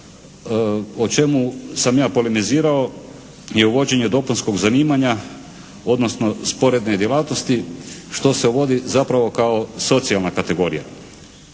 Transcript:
o čemu sam ja polemizirao je uvođenje dopunskog zanimanja, odnosno sporedne djelatnosti što se uvodi zapravo kao socijalna kategorija